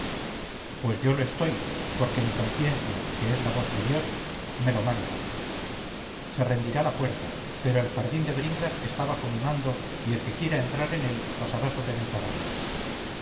pues yo lo estoy porque mi conciencia que es la voz de dios me lo manda se rendirá la puerta pero el jardín de bringas está bajo mi mando y el que quiera entrar en él pasará sobre mi cadáver